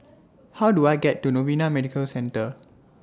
How Do I get to Novena Medical Centre